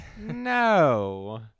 No